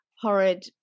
horrid